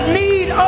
need